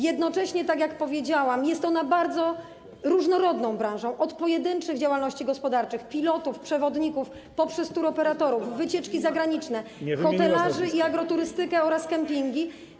Jednocześnie, jak powiedziałam, jest ona bardzo różnorodną branżą: od pojedynczych działalności gospodarczych, pilotów, przewodników, poprzez touroperatorów, wycieczki zagraniczne, hotelarzy i agroturystykę oraz kempingi.